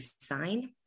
sign